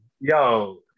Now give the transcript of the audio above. Yo